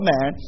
Man